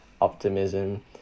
optimism